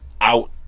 out